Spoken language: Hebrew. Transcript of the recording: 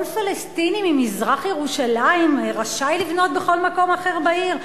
כל פלסטיני ממזרח-ירושלים רשאי לבנות בכל מקום אחר בעיר.